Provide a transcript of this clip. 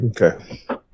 okay